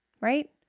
right